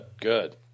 Good